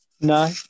no